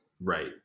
right